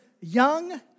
young